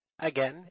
Again